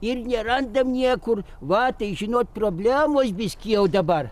ir nerandam niekur va tai žinot problemos biškį jau dabar